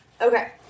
Okay